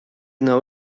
know